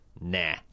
nah